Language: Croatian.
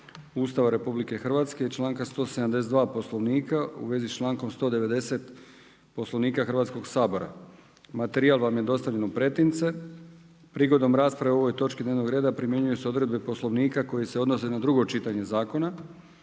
Ustava Republike Hrvatske i članka 172. Poslovnika u vezi s člankom 190. Poslovnika Hrvatskog sabora. Materijal je dostavljen u pretince. Prigodom rasprave o ovoj točci dnevnog reda primjenjuju se odredbe Poslovnika koji se odnosi na drugo čitanje. Zakon